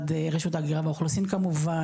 רשות ההגירה והאוכלוסין כמובן,